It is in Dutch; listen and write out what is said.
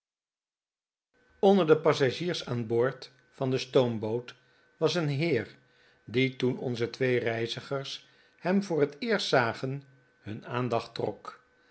onder de passagiers aan boord van de stoomboot was een heer die toen onze twee reizigers hem voor het eerst zagen hun aandacht trok